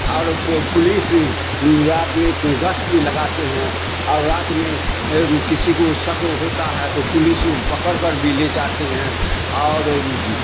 اور پولیس رات میں گش بھی لگاتے ہیں اور رات میں کسی کو شک ہوتا ہے تو پولیس پکڑ کر بھی لے جاتے ہیں اور